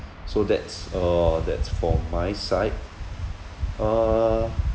so that's uh that's for my side err